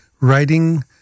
writing